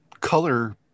color